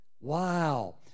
Wow